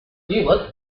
fuel